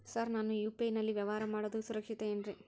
Sir ನಾನು UPI ನಲ್ಲಿ ವ್ಯವಹಾರ ಮಾಡೋದು ಸುರಕ್ಷಿತ ಏನ್ರಿ?